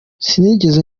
sinigeze